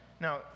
now